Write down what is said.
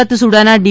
સુરત સુડાના ડી